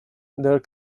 there